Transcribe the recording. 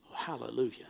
Hallelujah